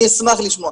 אני אשמח לשמוע.